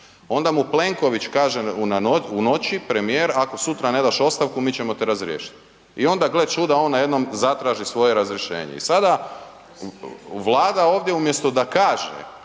Onda mu Plenković kaže u noći, premijer, ako sutra ne daš ostavku mi ćemo te razriješit. I onda gle čuda, on najednom zatraži svoje razrješenje i sada Vlada ovdje umjesto da kaže